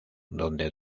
donde